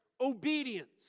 obedience